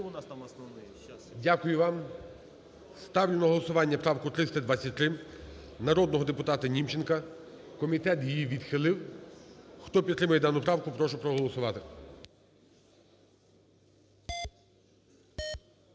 Дякую вам. Ставлю на голосування правку 323 народного депутатаНімченка. Комітет її відхилив. Хто підтримує дану правку, прошу проголосувати.